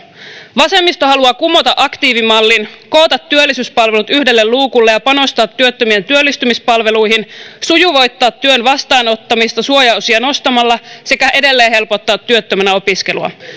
vasemmisto haluaa kumota aktiivimallin koota työllisyyspalvelut yhdelle luukulle ja panostaa työttömien työllistymispalveluihin sujuvoittaa työn vastaanottamista suojaosia nostamalla sekä edelleen helpottaa työttömänä opiskelua